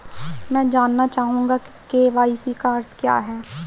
मैं जानना चाहूंगा कि के.वाई.सी का अर्थ क्या है?